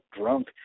drunk